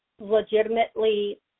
legitimately